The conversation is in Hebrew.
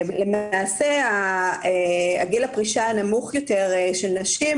למעשה גיל הפרישה הנמוך יותר של נשים,